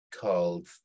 called